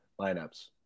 lineups